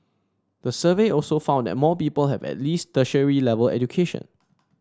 the survey also found that more people have at least tertiary level education